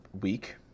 week